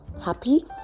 happy